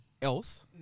else